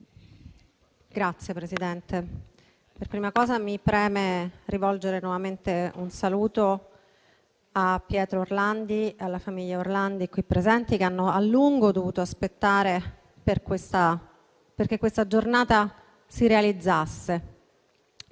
Signora Presidente, per prima cosa mi preme rivolgere nuovamente un saluto a Pietro Orlandi e alla famiglia Orlandi qui presente che ha a lungo dovuto aspettare perché questa giornata si realizzasse.